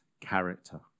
character